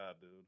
dude